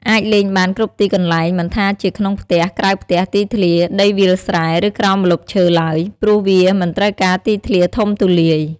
អាចលេងបានគ្រប់ទីកន្លែង មិនថាជាក្នុងផ្ទះ ក្រៅផ្ទះ ទីធ្លា ដីវាលស្រែ ឬក្រោមម្លប់ឈើឡើយ ព្រោះវាមិនត្រូវការទីធ្លាធំទូលាយ។